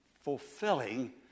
fulfilling